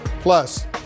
Plus